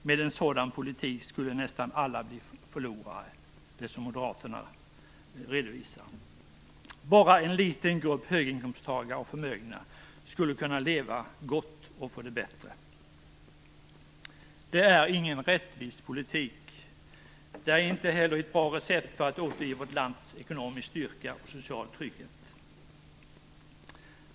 Med en sådan politik som Moderaterna redovisar skulle nästan alla bli förlorare. Bara en liten grupp höginkomsttagare och förmögna skulle kunna leva gott och få det bättre. Det är ingen rättvis politik. Det är inte heller ett bra recept för att återge vårt land ekonomisk styrka och social trygghet.